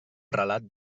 relat